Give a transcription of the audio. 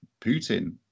Putin